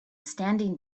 standing